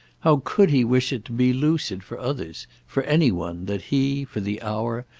how could he wish it to be lucid for others, for any one, that he, for the hour,